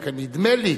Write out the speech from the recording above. רק נדמה לי,